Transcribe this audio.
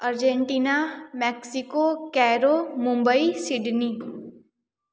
Argentina Mexico Cairo Mumbai Sydney